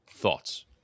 thoughts